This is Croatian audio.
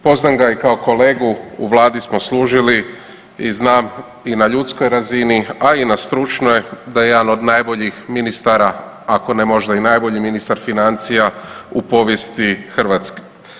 Poznam ga i kao kolegu u vladi smo služili i znam i na ljudskoj razini, a i na stručnoj da je jedan od najboljih ministara, ako ne možda i najbolji ministar financija u povijesti Hrvatske.